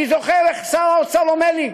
אני זוכר איך שר האוצר אומר לי,